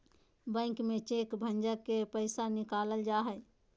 bank में cheque भंजा के पैसा निकालल जा हय